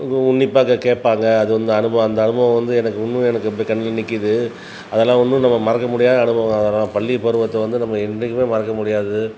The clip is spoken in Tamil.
உன்னிப்பாக கேட்பாங்க அது அந்த அனுபவம் அந்த அனுபவம் வந்து இன்னும் எனக்கு கண்ணிலே நிற்கிது அதெலாம் இன்னும் நம்ம மறக்க முடியாத அனுபவம் பள்ளி பருவத்தை வந்து நம்ம என்னைக்குமே மறக்க முடியாதது